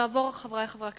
חברי חברי הכנסת,